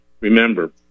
remember